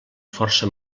força